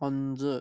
അഞ്ച്